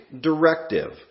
directive